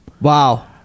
Wow